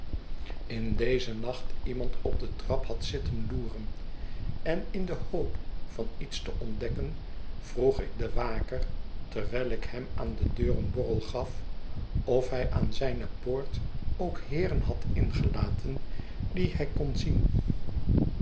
in dezen nacht iemand op de trap had zitten loeren en in de hoop van iets te ontdekken vroeg ik den waker terwijl ik hem aan de deur een borrel gaf of hij aan zijne poort ook heeren had ingelaten die hij kon zien